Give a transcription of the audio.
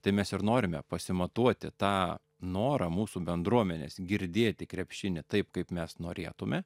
tai mes ir norime pasimatuoti tą norą mūsų bendruomenės girdėti krepšinį taip kaip mes norėtume